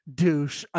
douche